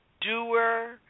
doer